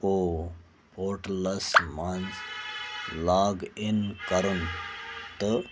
او portals منٛز log in کَرُن تہٕ